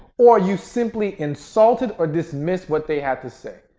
or you simply insulted or dismissed what they had to say.